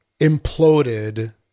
imploded